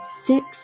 six